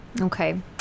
Okay